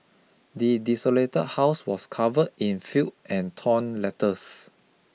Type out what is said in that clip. the desolated house was covered in filth and torn letters